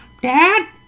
Dad